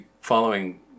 following